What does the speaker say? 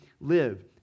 live